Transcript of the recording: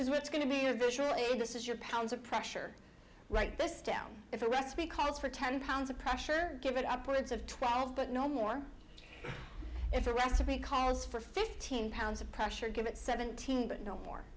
is what's going to be a visual aid this is your pounds of pressure write this down if a recipe calls for ten pounds of pressure give it up or it's of twelve but no more if the recipe calls for fifteen pounds of pressure give it seventeen but no more